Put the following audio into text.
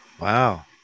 wow